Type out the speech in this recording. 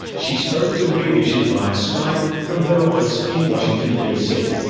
she spoke to rear vision via skype from her office in washington dc.